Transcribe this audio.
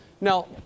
Now